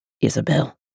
Isabel